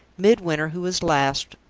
midwinter, who was last,